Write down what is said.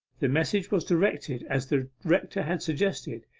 the message was directed as the rector had suggested,